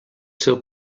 seu